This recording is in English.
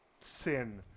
sin